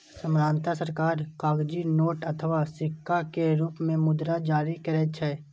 सामान्यतः सरकार कागजी नोट अथवा सिक्का के रूप मे मुद्रा जारी करै छै